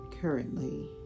currently